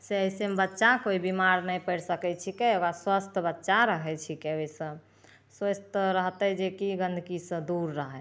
से अइसेमे बच्चा कोइ बीमार नहि पड़ि सकय छिकै अइके बाद स्वस्थ बच्चा रहय छिकै ओइसँ कोइ तऽ रहतइ जेकि गन्दगीसँ दूर रहय